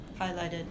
highlighted